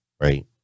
right